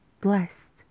blessed